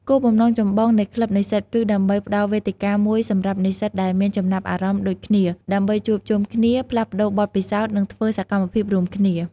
គោលបំណងចម្បងនៃក្លឹបនិស្សិតគឺដើម្បីផ្តល់វេទិកាមួយសម្រាប់និស្សិតដែលមានចំណាប់អារម្មណ៍ដូចគ្នា ដើម្បីជួបជុំគ្នា ផ្លាស់ប្តូរបទពិសោធន៍ និងធ្វើសកម្មភាពរួមគ្នា។